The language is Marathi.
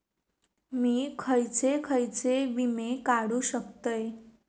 मी खयचे खयचे विमे काढू शकतय?